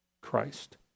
Christ